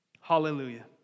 Hallelujah